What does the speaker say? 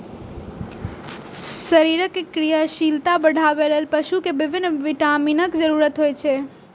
शरीरक क्रियाशीलता बढ़ाबै लेल पशु कें विभिन्न विटामिनक जरूरत सेहो होइ छै